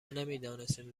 نمیدانستیم